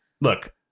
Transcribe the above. Look